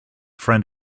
friend